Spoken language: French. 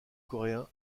coréen